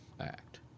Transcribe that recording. act